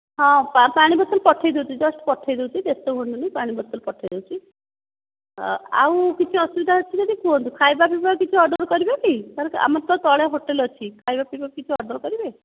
ହଁ ପାଣି ବୋତଲ ପଠେଇଦେଉଛି ଜଷ୍ଟ୍ ପଠାଇଦେଉଛି ବ୍ୟସ୍ତ ହୁଅନ୍ତୁନି ପାଣି ବୋତଲ ପଠାଇଦେଉଛି ଆଉ କିଛି ଅସୁବିଧା ଅଛି ଯଦି କୁହନ୍ତୁ ଖାଇବା ପିଇବା କିଛି ଅର୍ଡ଼ର୍ କରିବେ କି ସାର୍ ଆମର ତ ତଳେ ହୋଟେଲ୍ ଅଛି ଖାଇବା ପିଇବା କିଛି ଅର୍ଡ଼ର୍ କରିବେ